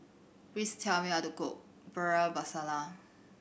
please tell me how to cook Bhindi Masala